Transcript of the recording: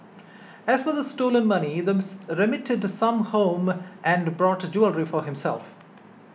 as for the stolen money remitted some home and bought jewellery for herself